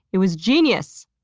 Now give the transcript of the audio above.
it was genius!